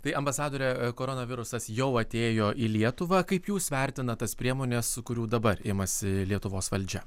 tai ambasadore koronavirusas jau atėjo į lietuvą kaip jūs vertinat tas priemones kurių dabar imasi lietuvos valdžia